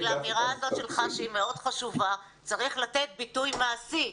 שלאמירה הזאת שלך שהיא מאוד חשובה צריך לתת ביטוי מעשי.